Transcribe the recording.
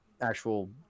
actual